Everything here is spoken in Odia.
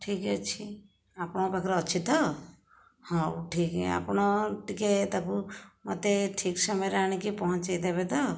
ଠିକ୍ ଅଛି ଆପଣଙ୍କ ପାଖରେ ଅଛି ତ ହେଉ ଠିକ୍ ଆପଣ ଟିକିଏ ତାକୁ ମୋତେ ଠିକ୍ ସମୟରେ ଆଣିକି ପହଞ୍ଚାଇଦେବେ ତ